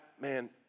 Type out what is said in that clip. man